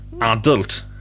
adult